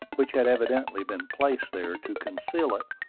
which had evidently been placed there to conceal it,